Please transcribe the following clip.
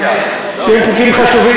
שהם חוקים חשובים,